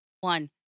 one